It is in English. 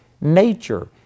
nature